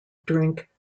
drink